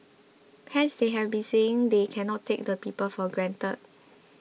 hence they have been saying they cannot take the people for granted